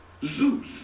Zeus